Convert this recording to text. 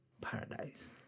paradise